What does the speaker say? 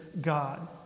God